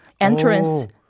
entrance